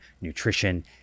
nutrition